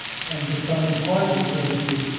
and the funny part is that, if you